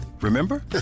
remember